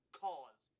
cause